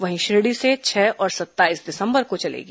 वहीं शिरडी से छह और सत्ताईस दिसंबर को चलेगी